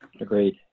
Agreed